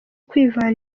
kwivana